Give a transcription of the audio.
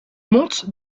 montent